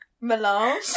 Melange